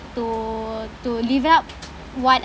to to live up what